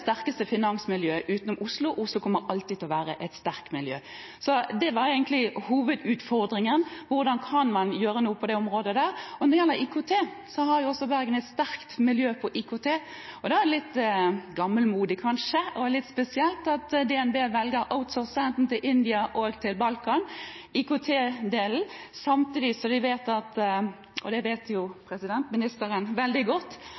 sterkeste finansmiljøet utenom Oslo – Oslo kommer alltid til å være et sterkt miljø. Så det var egentlig hovedutfordringen: Hvordan kan man gjøre noe på det området der? Bergen har også et sterkt miljø når det gjelder IKT. Da er det kanskje litt gammelmodig og litt spesielt at DNB velger å «outsource» IKT-delen til India og til Balkan, samtidig som vi vet – og det vet jo ministeren veldig godt